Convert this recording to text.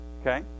Okay